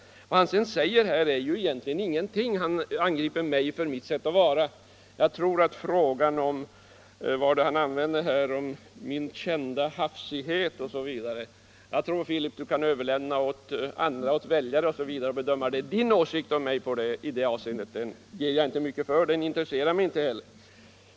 Var herr Filip Johansson säger är ju egentligen ingenting. Han angriper mig för mitt sätt att vara, han talar om min ”kända hafsighet” osv., men den frågan tycker jag att han kan överlämna åt väljare och andra att bedöma. Filip Johanssons åsikt om mig i det avseendet ger jag inte mycket för — den intresserar mig inte.